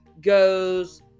goes